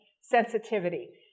sensitivity